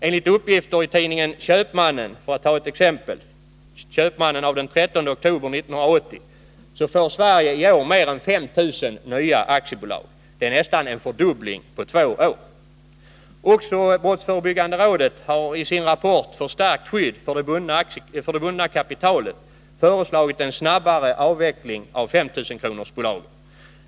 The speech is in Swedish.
Enligt uppgifter i tidningen Köpmannen den 13 oktober 1980, för att ta ett exempel, får Sverige i år mer än 5 000 nya aktiebolag. Det är nästan en fördubbling på två år. Också brottsförebyggande rådet har i sin rapport Förstärkt skydd för det bundna kapitalet föreslagit en snabbare avveckling av 5 000-kronorsbolagen.